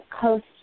coast